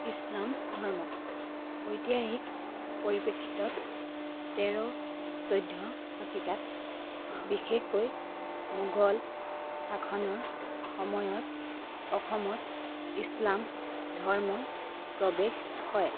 ইছলাম ধৰ্ম ঐতিহাসিক পৰিপ্ৰেক্ষিতত তেৰ চৈধ্য শতিকাত বিশেষকৈ মোগল শাসনৰ সময়ত অসমত ইছলাম ধৰ্মৰ প্ৰৱেশ হয়